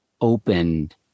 opened